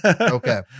Okay